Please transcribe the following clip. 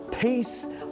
peace